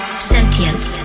Sentience